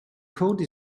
code